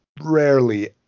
rarely